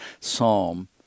psalm